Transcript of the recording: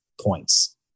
points